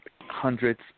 hundreds